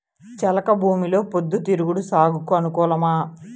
చెలక భూమిలో పొద్దు తిరుగుడు సాగుకు అనుకూలమా?